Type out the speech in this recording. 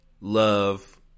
love